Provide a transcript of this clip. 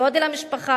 גודל המשפחה,